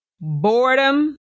Boredom